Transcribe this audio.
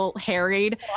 harried